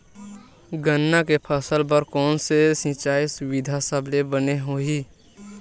गन्ना के फसल बर कोन से सिचाई सुविधा सबले बने होही?